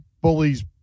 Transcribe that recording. Bullies